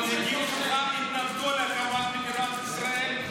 המנהיגים שלך התנגדו להקמת מדינת ישראל,